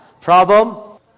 Problem